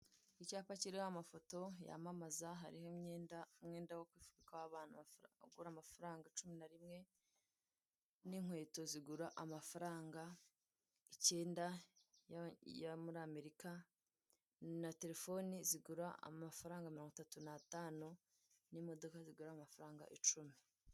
Icyapa kiriho amafoto yamamaza hariho imyenda, imyenda yo kwifubika ugura amafaranga cumi na rimwe n'inkweto zigura amafaranga icyenda yo muri amerka, na terefone zigura amafarnga mirongo itatu n'atanu n'imodoka zigura amafaranga icumi.